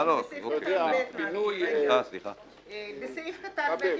אנחנו מדברים על סעיף קטן (ב).